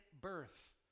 birth